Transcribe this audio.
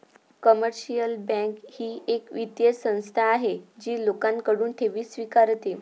commercial bank ही एक वित्तीय संस्था आहे जी लोकांकडून ठेवी स्वीकारते